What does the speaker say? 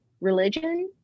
religion